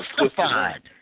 justified